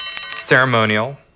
Ceremonial